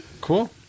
Cool